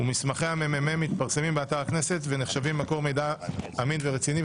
ומסמכי המ.מ.מ מתפרסמים באתר הכנסת ונחשבים מקור מידע אמין ורציני.